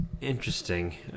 interesting